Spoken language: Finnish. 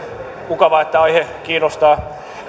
mukavaa että aihe kiinnostaa edustajat